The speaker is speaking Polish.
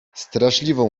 straszliwą